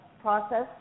process